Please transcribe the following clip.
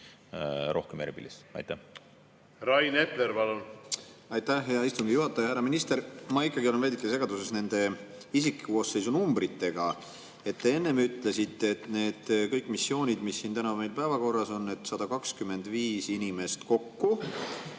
rohkem Erbilisse. Rain Epler, palun! Aitäh, hea istungi juhataja! Härra minister! Ma ikkagi olen veidike segaduses nende isikkoosseisu numbrite puhul. Te enne ütlesite, et need kõik missioonid, mis siin täna meil päevakorras on, on 125 inimest kokku